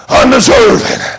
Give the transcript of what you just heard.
undeserving